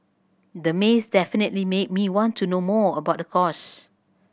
the maze definitely made me want to know more about the course